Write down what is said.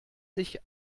sich